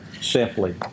simply